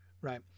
right